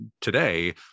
today